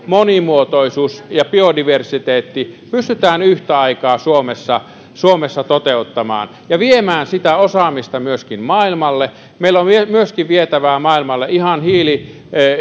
monimuotoisuus ja biodiversiteetti pystytään yhtä aikaa suomessa suomessa toteuttamaan ja viemään sitä osaamista myöskin maailmalle meillä on myöskin vietävää maailmalle ihan